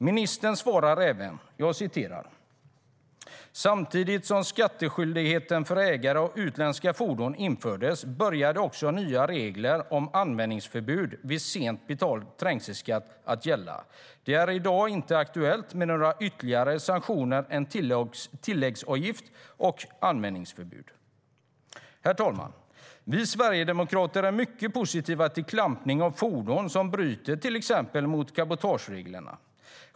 Ministern svarar även: "Samtidigt som skattskyldigheten för ägare av utländska fordon infördes började också nya regler om användningsförbud vid för sent betald trängselskatt att gälla. Det är i dag inte aktuellt att med några ytterligare sanktioner än tilläggsavgift och användningsförbud." Vi sverigedemokrater är mycket positiva till klampning av fordon som bryter mot till exempel cabotagereglerna.